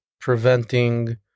preventing